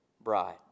bride